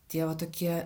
tie va tokie